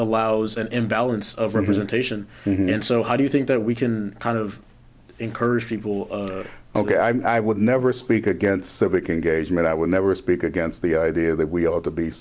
allows an imbalance of representation and so how do you think that we can kind of encourage people ok i would never speak against civic engagement i would never speak against the idea that we ought to be